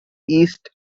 east